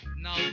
now